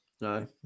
No